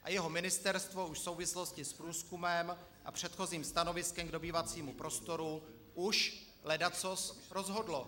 A jeho ministerstvo už v souvislosti s průzkumem a předchozím stanoviskem k dobývacímu prostoru už ledacos rozhodlo.